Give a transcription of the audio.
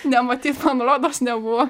nematyti man rodos nebuvo